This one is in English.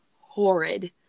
horrid